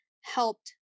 helped